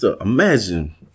Imagine